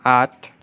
आठ